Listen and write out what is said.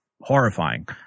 horrifying